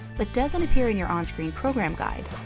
but doesn't appear in your on-screen program guide,